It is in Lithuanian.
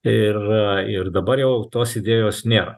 ir ir dabar jau tos idėjos nėra